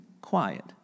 quiet